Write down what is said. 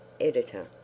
Editor